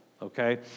okay